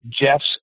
Jeff's